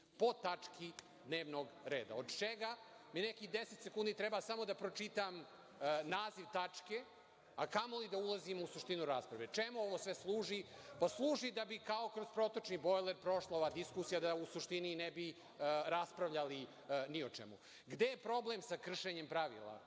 po tački dnevnog reda, od čega mi nekih 10 sekundi treba samo da pročitam naziv tačke, a kamoli da ulazim u suštinu rasprave. Čemu ovo sve služi? Služi da bi kao kroz protočni bojler prošla ova diskusija, da u suštini ne bi raspravljali ni o čemu. Gde je problem sa kršenjem pravila?